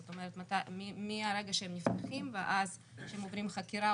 זאת אומרת מהרגע שהם נפתחים ואז כשהם עוברים חקירה,